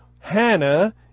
Hannah